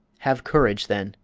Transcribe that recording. have courage, then,